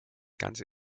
ganze